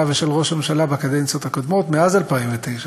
ושל ראש הממשלה בקדנציות הקודמות מאז 2009,